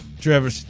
Trevor